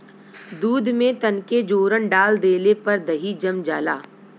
दूध में तनके जोरन डाल देले पर दही जम जाला